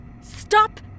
Stop